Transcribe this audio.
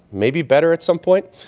maybe better at some point,